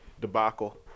debacle